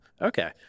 Okay